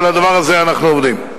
ועל הדבר הזה אנחנו עובדים.